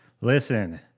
listen